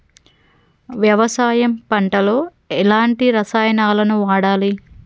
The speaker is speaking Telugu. వ్యవసాయం పంట లో ఎలాంటి రసాయనాలను వాడాలి?